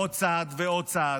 עוד צעד ועוד צעד.